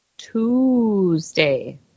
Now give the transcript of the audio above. Tuesday